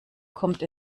kommt